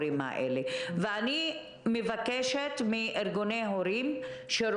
אני מבקשת להעביר אלינו כמה שיותר מהר את כל הבקשות